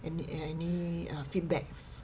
any err any uh feedbacks